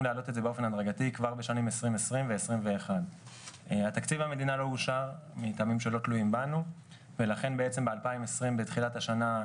אני כן אגיד שלא תמיד אנחנו בהסכמות.